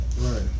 Right